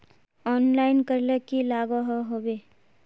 Online करले की लागोहो होबे?